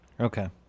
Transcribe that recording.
Okay